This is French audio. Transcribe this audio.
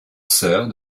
sœur